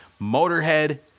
Motorhead